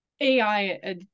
AI